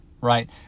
Right